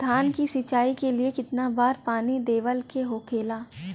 धान की सिंचाई के लिए कितना बार पानी देवल के होखेला?